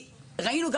ראינו,